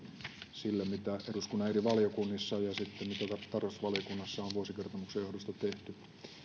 sille mitä eduskunnan eri valiokunnissa ja tarkastusvaliokunnassa on vuosikertomuksen johdosta tehty